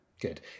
good